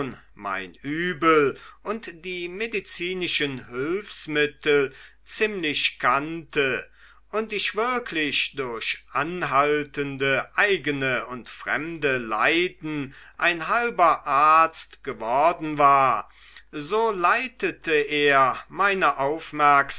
mein übel und die medizinischen hülfsmittel ziemlich kannte und ich wirklich durch anhaltende eigene und fremde leiden ein halber arzt geworden war so leitete er meine